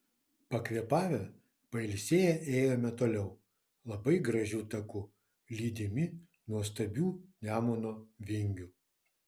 pakvėpavę pailsėję ėjome toliau labai gražiu taku lydimi nuostabių nemuno vingių